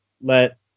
let